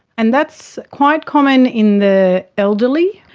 and that's quite common in the elderly,